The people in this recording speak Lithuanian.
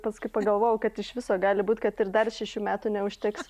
paskui pagalvojau kad iš viso gali būti kad ir dar šešių metų neužteks